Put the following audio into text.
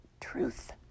truth